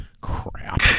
Crap